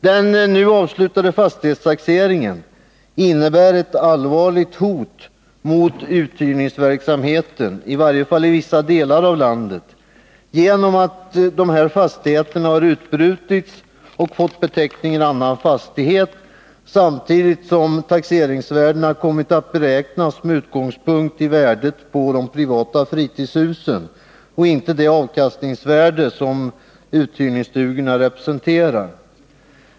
Den nu avslutade fastighetstaxeringen innebär ett allvarligt hot mot uthyrningsverksamheten, i varje fall i vissa delar av landet. Dessa fastigheter har utbrutits och fått beteckningen ”annan fastighet”, samtidigt som taxeringsvärdena kommit att beräknas med utgångspunkt i värdet på de privata fritidshusen och inte det avkastningsvärde som uthyrningsstugorna representerar.